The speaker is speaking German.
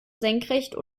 senkrecht